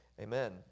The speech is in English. Amen